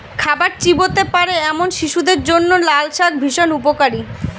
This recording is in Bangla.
খাবার চিবোতে পারে এমন শিশুদের জন্য লালশাক ভীষণ উপকারী